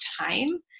time